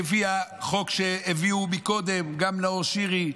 כפי החוק שהביאו קודם גם נאור שירי,